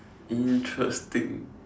interesting